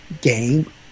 game